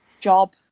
job